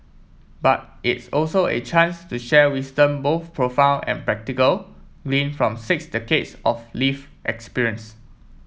but it's also a chance to share wisdom both profound and practical gleaned from six decades of live experience